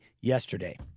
yesterday